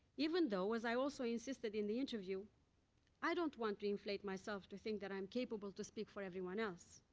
even though as i also insisted in the interview i don't want to inflate myself to think that i am capable to speak for everyone else.